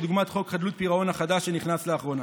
כדוגמת חוק חדלות פירעון החדש שנכנס לאחרונה.